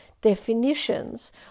definitions